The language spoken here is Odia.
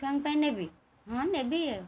କ'ଣ ପାଇଁ ନେବି ହଁ ନେବି ଆଉ